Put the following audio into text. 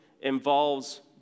involves